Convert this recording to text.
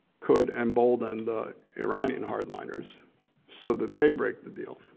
could embolden the iranian hardliners so that they break the deal,